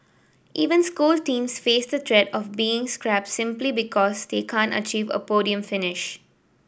even school teams face the threat of being scrapped simply because they can't achieve a podium finish